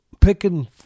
picking